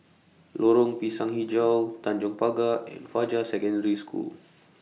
Lorong Pisang Hijau Tanjong Pagar and Fajar Secondary School